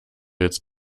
jetzt